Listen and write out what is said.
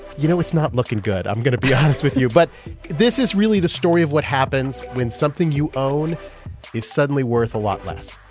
you know, it's not looking good. i'm going to be honest with you. but this is really the story of what happens when something you own is suddenly worth a lot less